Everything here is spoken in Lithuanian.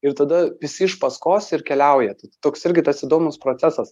ir tada visi iš paskos ir keliauja toks irgi tas įdomus procesas